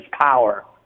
power